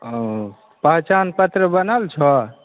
ओ पहचान पत्र बनल छौ